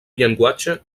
llenguatge